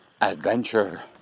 adventure